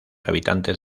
habitantes